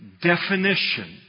definition